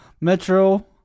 Metro